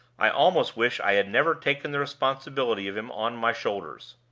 i almost wish i had never taken the responsibility of him on my shoulders.